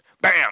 Bam